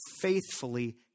faithfully